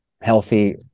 healthy